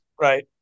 Right